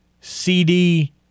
CD